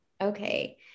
okay